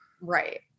Right